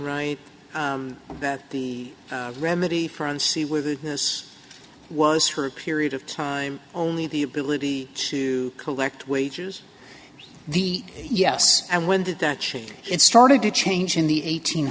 right that the remedy for and see whether this was her period of time only the ability to collect wages the yes and when did that change it started to change in the eighteen